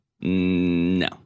no